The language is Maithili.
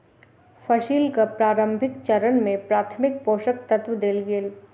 फसीलक प्रारंभिक चरण में प्राथमिक पोषक तत्व देल गेल